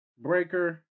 Breaker